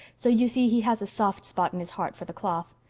so you see he has a soft spot in his heart for the cloth.